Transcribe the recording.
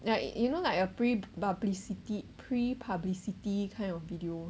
like you know like a pre publicity pre publicity kind of video